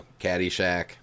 Caddyshack